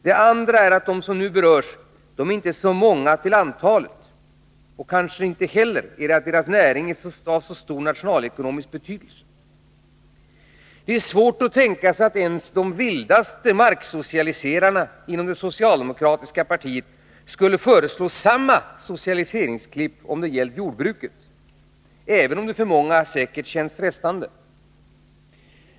Det andra är att de som nu berörs inte är så många till antalet och att deras näring kanske inte heller är av så stor nationalekonomisk betydelse. Det är svårt att tänka sig att ens de vildaste marksocialiserarna inom det socialdemokratiska partiet skulle föreslå samma socialiseringsklipp om det gällt jordbruket, även om det för många säkerligen känns frestande.